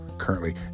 currently